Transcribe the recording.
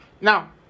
Now